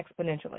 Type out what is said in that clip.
exponentially